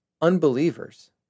unbelievers